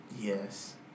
yes